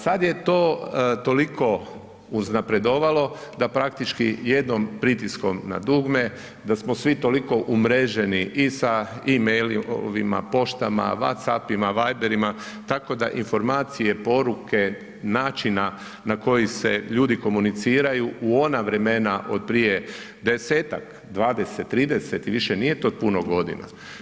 Sad je to toliko uznapredovalo da praktički jednom pritiskom na dugme da smo svi toliko umreženi i sa e-mailovima, poštama, Whatsappima, Viberima, tako da informacije, poruke, načina na koji su se ljudi komuniciraju u ona vremena od prije 10-tak, 20, 30 i više nije to puno godina.